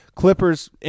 Clippers